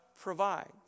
Provides